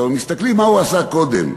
אבל מסתכלים מה הוא עשה קודם.